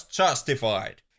justified